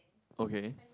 okay